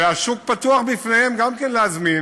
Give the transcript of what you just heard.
והשוק פתוח גם בפניהן להזמין,